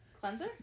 cleanser